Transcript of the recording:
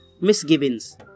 Misgivings